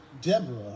Deborah